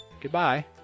Goodbye